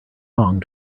pong